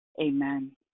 Amen